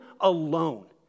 alone